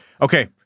Okay